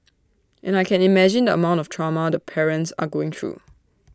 and I can imagine the amount of trauma the parents are going through